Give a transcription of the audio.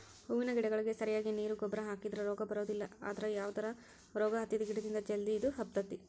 ಹೂವಿನ ಗಿಡಗಳಿಗೆ ಸರಿಯಾಗಿ ನೇರು ಗೊಬ್ಬರ ಹಾಕಿದ್ರ ರೋಗ ಬರೋದಿಲ್ಲ ಅದ್ರ ಯಾವದರ ರೋಗ ಹತ್ತಿದ ಗಿಡದಿಂದ ಜಲ್ದಿ ಇದು ಹಬ್ಬತೇತಿ